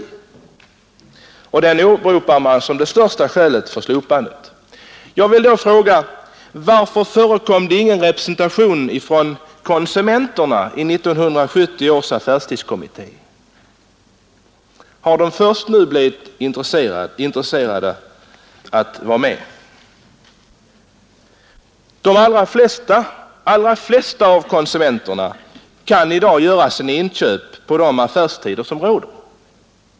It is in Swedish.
Den gruppen åberopar man som det största skälet för slopandet. Varför förekom ingen representation för konsumenterna i 1970 års affärstidsutredning? Har de först nu blivit intressanta för ivrarna av affärstidslagens avskaffande? De allra flesta av konsumenterna kan i dag göra sina inköp på de affärstider som råder.